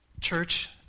Church